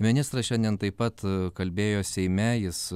ministras šiandien taip pat kalbėjo seime jis